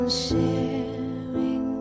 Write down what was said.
sharing